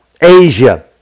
Asia